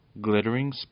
Glittering